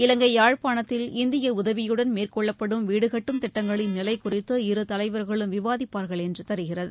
இவங்கை யாழ்பானத்தில் இந்திய உதவியுடன் மேற்கொள்ளப்படும் வீடுகட்டும் திட்டங்களின் நிலை குறித்து இரு தலைவர்களும் விவாதிப்பார்கள் என்று தெரிகிறது